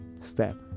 step